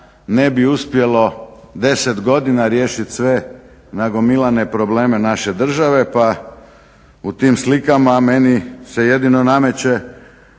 ne bi uspjelo 10 godina riješit sve nagomilane probleme naše države, pa u tim slikama meni se jedino nameće